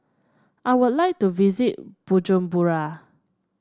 I would like to visit Bujumbura